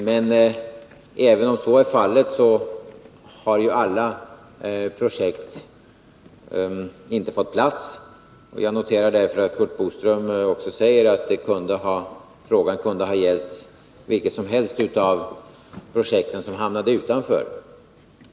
Men även om så är fallet, har alla projekt inte kunnat rymmas inom ramen för anslaget. Jag noterar att Curt Boström också säger att frågan kunde har gällt vilket som helst av de projekt som hamnade utanför.